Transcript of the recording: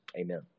amen